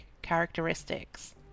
characteristics